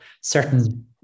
certain